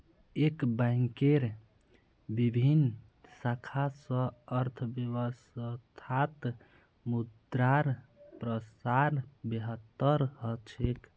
एक बैंकेर विभिन्न शाखा स अर्थव्यवस्थात मुद्रार प्रसार बेहतर ह छेक